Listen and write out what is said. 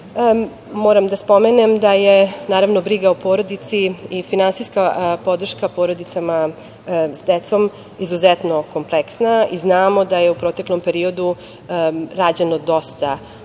da spomenem da je briga o porodici i finansijska podrška porodicama sa decom izuzetno kompleksna i znamo je da je u proteklom periodu rađeno dosta, odnosno